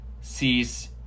sees